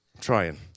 trying